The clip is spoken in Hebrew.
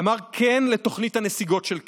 אמר כן לתוכנית הנסיגות של קרי.